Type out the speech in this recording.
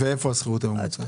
ואיפה השכירות הממוצעת?